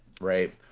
right